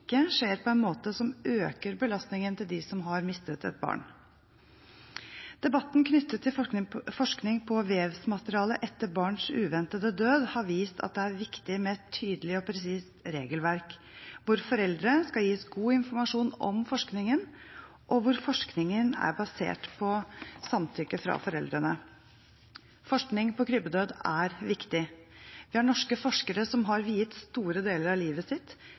ikke skjer på en måte som øker belastningen for dem som har mistet et barn. Debatten knyttet til forskning på vevsmateriale etter barns uventede død har vist at det er viktig med et tydelig og presist regelverk, hvor foreldre skal gis god informasjon om forskningen, og hvor forskningen er basert på samtykke fra foreldrene. Forskning på krybbedød er viktig. Vi har norske forskere som har viet store deler av livet sitt